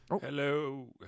Hello